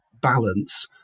balance